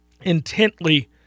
intently